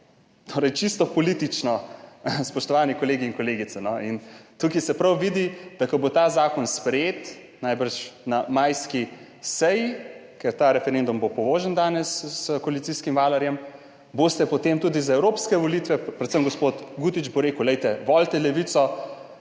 Torej, čisto politično, spoštovani kolegi in kolegice. Tukaj se prav vidi, da ko bo ta zakon sprejet, najbrž na majski seji, ker bo ta referendum danes povožen s koalicijskim valjarjem, boste potem tudi za evropske volitve, predvsem gospod Gutić bo rekel, volite Levico,